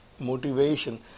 motivation